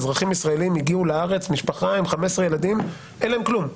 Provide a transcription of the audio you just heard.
אזרחים ישראליים שהגיעו לארץ עם 15 ילדים ואין להם כלום,